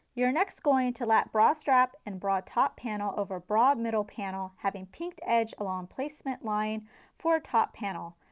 you are next going to lap bra strap and bra top panel over bra middle panel having pinked edge along placement line for the top panel